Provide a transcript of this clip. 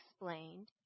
explained